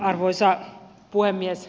arvoisa puhemies